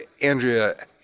Andrea